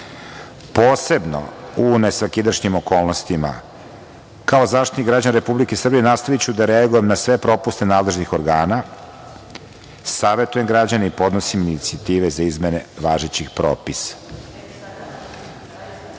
posebno u nesvakidašnjim okolnostima, kao Zaštitnika građana Republike Srbije nastaviću da reagujem na sve propuste nadležnih organa, savetujem građane i podnosim na inicijative za izmene važećih propisa. Naš